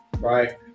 right